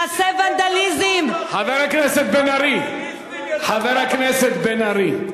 הכהניסטים, מעשי ונדליזם, חבר הכנסת בן-ארי.